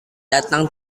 datang